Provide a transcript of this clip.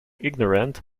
ignorant